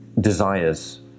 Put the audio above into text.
desires